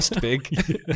big